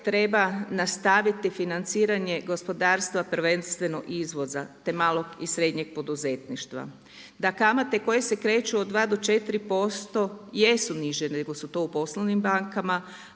treba nastaviti financiranje gospodarstva, prvenstveno izvoza te malog i srednjeg poduzetništva. Da kamate koje se kreću od 2 do 4% jesu niže nego su to u poslovnim bankama